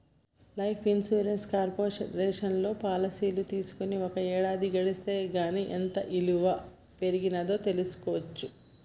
life insurance కార్పొరేషన్లో పాలసీలు తీసుకొని ఒక ఏడాది గడిస్తే గానీ ఎంత ఇలువ పెరిగినాదో చూస్కోవచ్చు